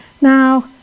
Now